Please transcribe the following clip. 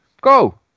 Go